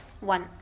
One